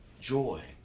joy